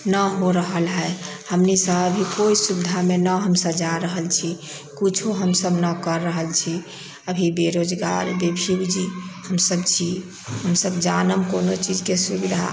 न हो रहल हय हमनी सब अभी कोइ सुविधा मे न हमसब जा रहल छी किछो हमसब न कर रहल छी अभी बेरोजगार हमसब छी हमसब जानब कोनो चीज के सुविधा